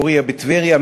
פורייה בטבריה,